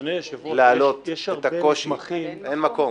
אדוני היושב-ראש, יש הרבה מתמחים --- אין מקום.